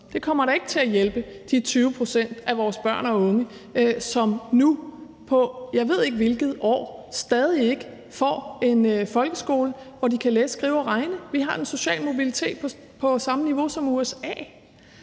det kommer ikke til at hjælpe de 20 pct. af vores børn og unge, som nu, jeg ved ikke på hvilket år, stadig ikke får en folkeskole, hvor de kan læse, skrive og regne. Vi har en social mobilitet på samme niveau som USA.